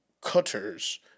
cutters